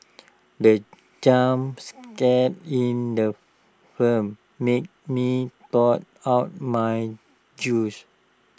the jump scare in the firm made me dough out my juice